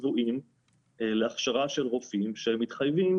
שצבועים להכשרה של רופאים שמתחייבים